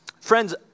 Friends